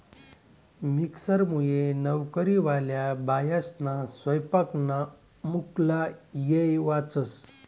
मिक्सरमुये नवकरीवाल्या बायास्ना सैपाकना मुक्ला येय वाचस